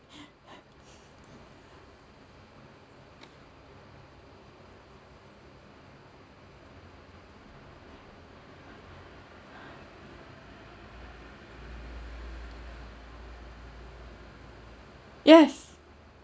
yes